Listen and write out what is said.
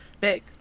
Big